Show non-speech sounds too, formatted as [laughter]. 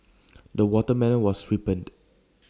[noise] the watermelon was ripened